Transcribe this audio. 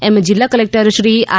એમ જીલ્લા collector Shri R